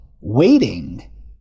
waiting